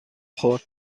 خورد